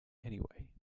anyway